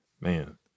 man